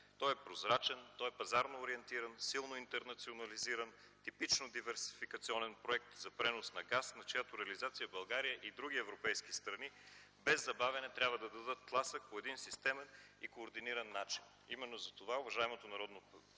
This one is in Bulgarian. Той е прозрачен, пазарно ориентиран, силно интернационализиран, типично диверсификационен проект за пренос на газ, на чиято реализация България и други европейски страни без забавяне трябва да дадат тласък по един системен и координиран начин. Именно за това уважаемото Народно